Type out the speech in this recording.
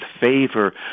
favor